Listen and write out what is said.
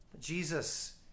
Jesus